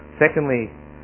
Secondly